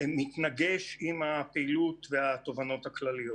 מתנגשת עם הפעילות והתובנות הכלליות.